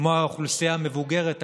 כמו האוכלוסייה המבוגרת,